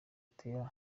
atera